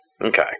okay